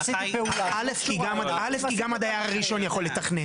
כי גם הדייר הראשון יכול לתחמן.